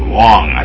long